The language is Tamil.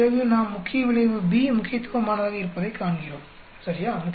பிறகு நாம் முக்கிய விளைவு B முக்கியத்துவமானதாக இருப்பதைக் காண்கிறோம் சரியா